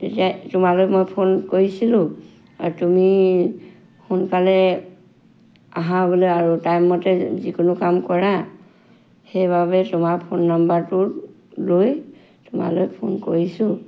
এতিয়া তোমালৈ মই ফোন কৰিছিলোঁ আৰু তুমি সোনকালে অহা বোলে আৰু টাইমমতে যিকোনো কাম কৰা সেইবাবে তোমাৰ ফোন নম্বৰটো লৈ তোমালৈ ফোন কৰিছোঁ